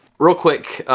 real quick,